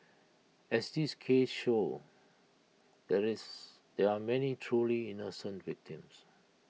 as this case shows there is there are many truly innocent victims